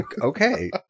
Okay